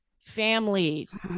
families